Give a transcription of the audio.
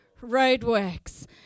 roadworks